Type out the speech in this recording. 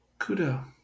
Kudo